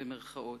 במירכאות.